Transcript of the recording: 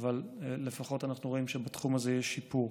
אבל לפחות אנחנו רואים שבתחום הזה יש שיפור.